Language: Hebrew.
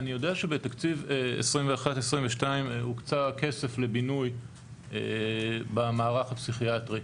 אני יודע שבתקציב 2021-2022 הוקצה כסף לבינוי במערך הפסיכיאטרי.